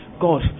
God